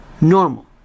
Normal